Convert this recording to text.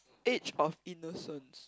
age of innocence